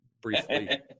briefly